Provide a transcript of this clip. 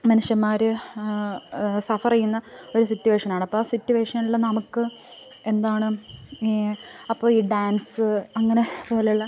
മനുഷ്യന്മാർ സഫർ ചെയ്യുന്ന ഒരു സിറ്റുവേഷൻ ആണ് അപ്പം ആ സിറ്റുവേഷനിൽ നമുക്ക് എന്താണ് അപ്പോൾ ഈ ഡാൻസ് അങ്ങനെ പോലുള്ള